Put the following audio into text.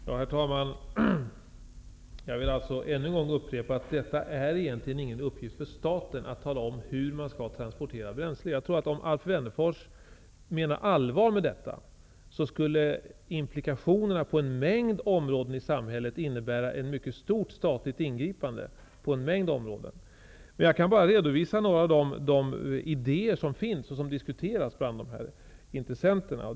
Herr talman! Jag vill ännu en gång upprepa att det egentligen inte är en uppgift för staten att tala om hur man skall transportera bränsle. Om Alf Wennerfors menade allvar med detta, skulle implikationerna på en mängd områden i samhället innebära ett mycket stort statligt ingripande. Jag kan bara redovisa några av de idéer som finns och som diskuteras bland intressenterna.